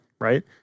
right